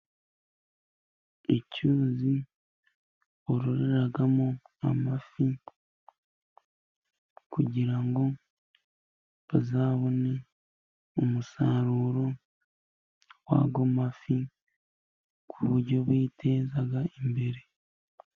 Icyuzi baroramo amafi ,kugira ngo bazabone umusaruro wayo mafi ,ku buryo baziteza imbere.